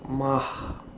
MA